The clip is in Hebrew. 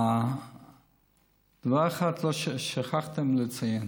דבר אחד שכחתם לציין: